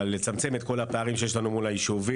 ולצמצם את הפערים שיש לנו מול היישובים.